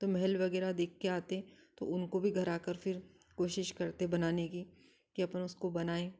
तो महल वगैरह देख के आते तो उनको भी घर आकर फिर कोशिश करते बनाने की कि अपन उसको बनाएँ